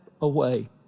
away